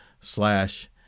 slash